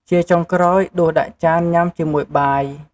ជាចុងក្រោយ ដួសដាក់ចានញ៉ាំជាមួយបាយ។